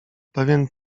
pewien